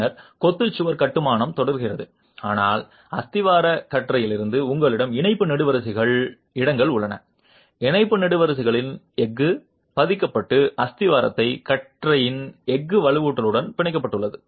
பின்னர் கொத்து சுவர் கட்டுமானம் தொடர்கிறது ஆனால் அஸ்திவாரக் கற்றையிலிருந்து உங்களிடம் இணைப்பு நெடுவரிசைகளின் இடங்கள் உள்ளன இணைப்பு நெடுவரிசைகளின் எஃகு பதிக்கப்பட்டு அஸ்திவாரக் கற்றையின் எஃகு வலுவூட்டலுடன் பிணைக்கப்பட்டுள்ளது